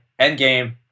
Endgame